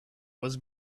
was